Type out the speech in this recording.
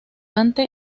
dante